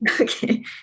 Okay